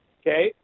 Okay